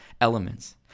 elements